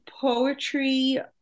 poetry